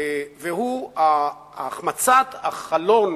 והוא החמצת חלון